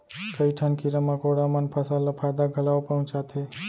कई ठन कीरा मकोड़ा मन फसल ल फायदा घलौ पहुँचाथें